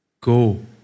Go